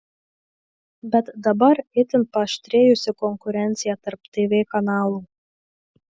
bet dabar itin paaštrėjusi konkurencija tarp tv kanalų